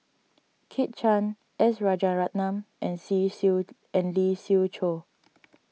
Kit Chan S Rajaratnam and See Siew and Lee Siew Choh